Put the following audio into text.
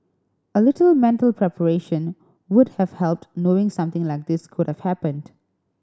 a little mental preparation would have helped knowing something like this could have happened